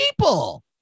people